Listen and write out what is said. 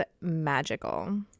magical